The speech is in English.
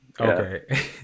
okay